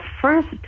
first